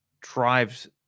drives